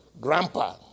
grandpa